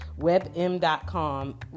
WebM.com